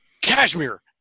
Cashmere